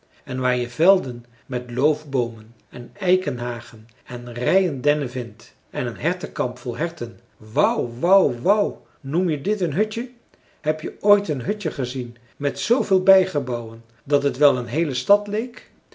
en waar je velden met loofboomen en eikenhagen en rijen dennen vindt en een hertenkamp vol herten wou wou wou noem je dit een hutje heb je ooit een hutje gezien met zooveel bijgebouwen dat het wel een heele stad leek